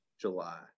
July